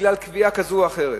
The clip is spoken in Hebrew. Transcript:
בגלל קביעה כזאת או אחרת.